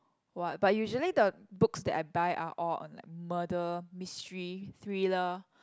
what but usually the books that I buy are all on like murder mystery thriller